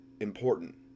important